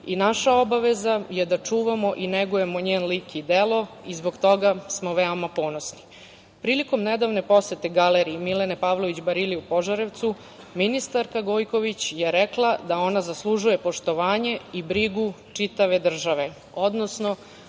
i naša obaveza je da čuvamo i negujemo njen lik i delo. Zbog toga smo veoma ponosni. Prilikom nedavne posete Galeriji Milene Pavlović Barili u Požarevcu, ministarka Gojković je rekla da ona zaslužuje poštovanje i brigu čitave države, odnosno